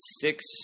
six